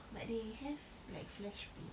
but they have like flashpay